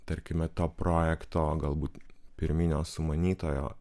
tarkime to projekto galbūt pirminio sumanytojo